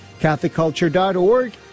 CatholicCulture.org